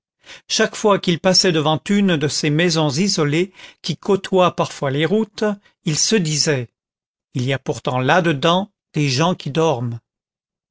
chaque fois qu'il passait devant une de ces maisons isolées qui côtoient parfois les routes il se disait il y a pourtant là-dedans des gens qui dorment